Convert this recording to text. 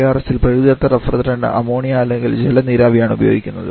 VARSൽ പ്രകൃതിദത്ത refrigerant ammonia അല്ലെങ്കിൽ ജല നീരാവി ആണ് ഉപയോഗിക്കുന്നത്